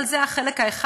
אבל זה חלק אחד,